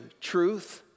truth